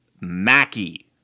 Mackey